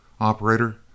Operator